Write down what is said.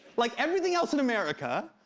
like everything else in america,